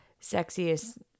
sexiest